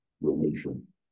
relation